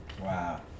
Wow